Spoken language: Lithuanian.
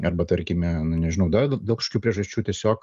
arba tarkime nu nežinau dar dėl kažkokių priežasčių tiesiog